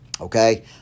okay